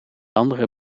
andere